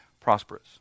prosperous